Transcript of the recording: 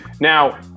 Now